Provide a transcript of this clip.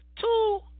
two